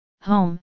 home